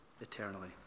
eternally